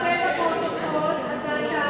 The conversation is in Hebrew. יירשם בפרוטוקול על דעת המציע,